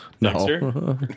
No